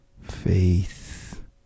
faith